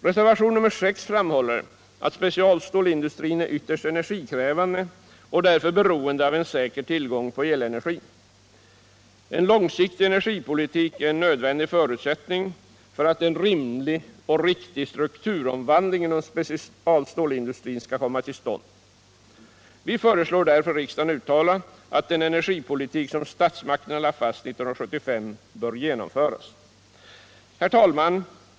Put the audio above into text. Reservationen 6 framhåller att specialstålindustrin är ytterst energikrävande och därför beroende av en säker tillgång på elenergi. En långsiktig energipolitik är en nödvändig förutsättning för att en rimlig och riktig strukturomvandling inom specialstålindustrin skall komma till stånd. Vi föreslår därför riksdagen uttala att den energipolitik som statsmakterna lade fast 1975 genomförs. Herr talman!